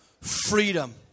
freedom